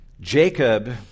Jacob